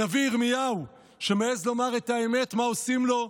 הנביא ירמיהו, שמעז לומר את האמת, מה עושים לו?